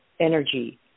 energy